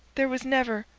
there was never,